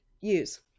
use